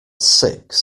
six